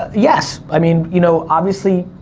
yes, i mean, you know, obviously,